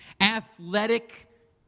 Athletic